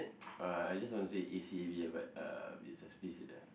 uh I just want to say A_C_A_B ah but uh it's explicit ah